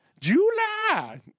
July